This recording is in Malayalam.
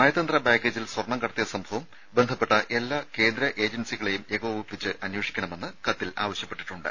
നയതന്ത്ര ബാഗേജിൽ സ്വർണ്ണം കടത്തിയ സംഭവം ബന്ധപ്പെട്ട എല്ലാ കേന്ദ്ര ഏജൻസികളെയും ഏകോപിപ്പിച്ച് അന്വേഷിക്കണമെന്ന് കത്തിൽ ആവശ്യപ്പെട്ടിട്ടുണ്ട്